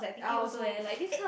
I also act